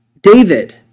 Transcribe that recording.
David